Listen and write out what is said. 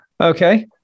Okay